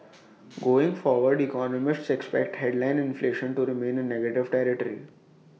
going forward economists expect headline inflation to remain in negative territory